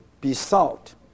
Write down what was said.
besought